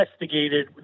investigated